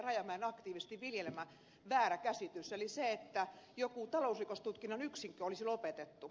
rajamäen aktiivisesti viljelemä väärä käsitys eli se että jokin talousrikostutkinnan yksikkö olisi lopetettu